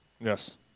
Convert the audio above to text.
Yes